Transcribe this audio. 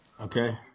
Okay